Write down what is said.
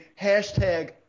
hashtag